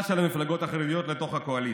של המפלגות החרדיות לתוך הקואליציה.